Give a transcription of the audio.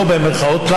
לא במירכאות,